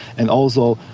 and also,